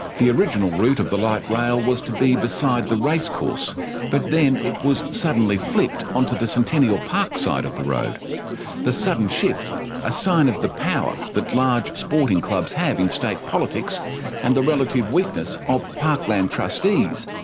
the original route of the light rail was to be beside the racecourse, but then it was suddenly flipped onto the centennial park side of the road, the sudden shift a ah sign of the power that large sporting clubs have in state politics and the relative weakness of parkland trustees,